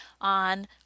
on